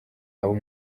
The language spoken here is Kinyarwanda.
abe